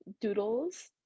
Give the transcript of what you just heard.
Doodles